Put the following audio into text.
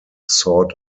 sought